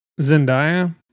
Zendaya